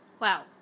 Wow